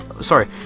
sorry